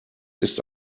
ist